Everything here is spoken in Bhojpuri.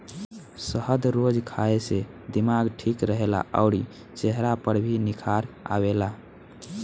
शहद रोज खाए से दिमाग ठीक रहेला अउरी चेहरा पर भी निखार आवेला